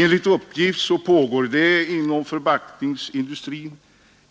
Enligt uppgift pågår det inom förpackningsindustrin